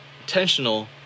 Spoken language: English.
intentional